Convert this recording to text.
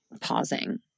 pausing